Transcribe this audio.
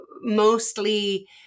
mostly